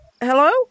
Hello